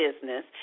business